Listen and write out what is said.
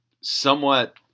somewhat